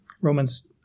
Romans